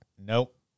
Nope